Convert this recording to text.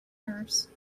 nurse